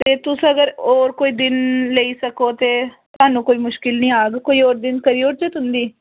ते तुस अगर होर कोई दिन लेई सको ते साह्नूं कोई मुश्कल निं आह्ग कोई होर दिन करी ओड़चै तुं'दी